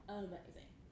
amazing